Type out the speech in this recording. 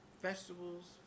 vegetables